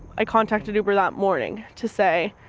i contacted uber that morning to say,